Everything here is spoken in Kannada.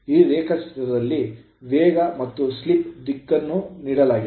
ಈ ರೇಖಾಚಿತ್ರದಲ್ಲಿ ವೇಗ ಮತ್ತು ಸ್ಲಿಪ್ ದಿಕ್ಕನ್ನು ನೀಡಲಾಗಿದೆ